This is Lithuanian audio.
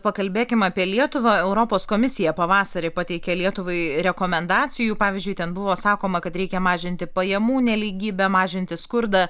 pakalbėkim apie lietuvą europos komisija pavasarį pateikė lietuvai rekomendacijų pavyzdžiui ten buvo sakoma kad reikia mažinti pajamų nelygybę mažinti skurdą